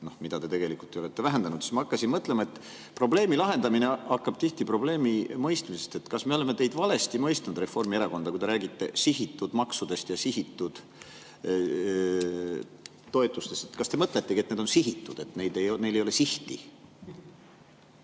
mida te tegelikult ju olete vähendanud. Siis ma hakkasin mõtlema, et probleemi lahendamine algab tihti probleemi mõistmisest. Kas me oleme teid, Reformierakonda valesti mõistnud, kui te räägite sihitud maksudest ja sihitud toetustest? Kas te mõtletegi, et need on sihitud, et neil ei ole sihti?